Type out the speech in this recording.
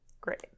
Great